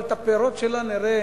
אבל את הפירות שלה נראה